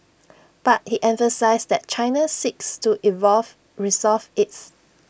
but he emphasised that China seeks to evolve resolve its